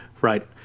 Right